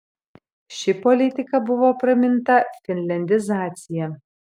ši politika buvo praminta finliandizacija